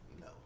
no